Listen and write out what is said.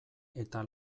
eta